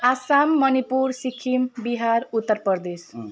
Assam Manipur Sikkim Bihar Uttar Pradesh